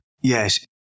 Yes